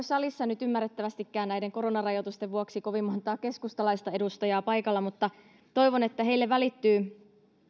salissa nyt ymmärrettävästikään näiden koronarajoitusten vuoksi kovin montaa keskustalaista edustajaa paikalla mutta toivon että heille välittyy